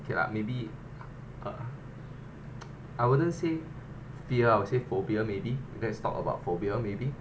okay lah maybe uh I wouldn't say fear I would say phobia maybe let's talk about phobia maybe